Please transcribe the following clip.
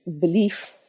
belief